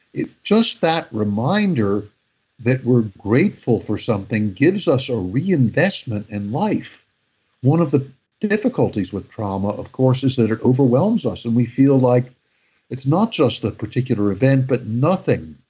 just that reminder that we're grateful for something gives us a reinvestment in life one of the difficulties with trauma, of course, is that it overwhelms us and we feel like it's not just the particular event but nothing,